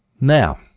Now